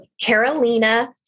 Carolina